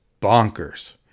bonkers